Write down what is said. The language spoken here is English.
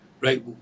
right